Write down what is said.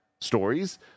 stories